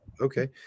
Okay